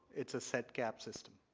it is a set gap system.